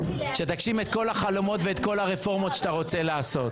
ושתגשים את כל החלומות ואת כל הרפורמות שאתה רוצה לעשות.